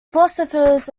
philosophers